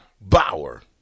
Bauer